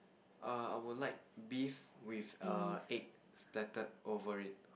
err I would like beef with err egg splattered over it